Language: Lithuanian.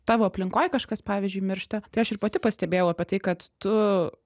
tavo aplinkoj kažkas pavyzdžiui miršta tai aš ir pati pastebėjau apie tai kad tu